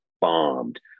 bombed